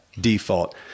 default